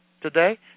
today